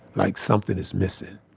like something is missing